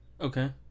Okay